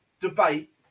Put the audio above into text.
debate